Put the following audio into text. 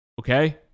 okay